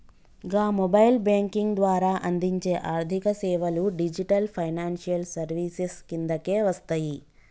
గా mobile banking ద్వారా అందించే ఆర్థికసేవలు డిజిటల్ ఫైనాన్షియల్ సర్వీసెస్ కిందకే వస్తయి